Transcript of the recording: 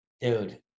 Dude